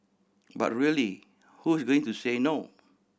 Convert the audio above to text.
but really who is going to say no